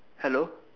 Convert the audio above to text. hello